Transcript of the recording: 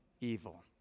evil